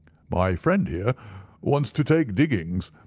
my friend here wants to take diggings,